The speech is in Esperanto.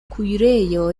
kuirejo